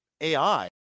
AI